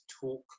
talk